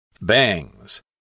Bangs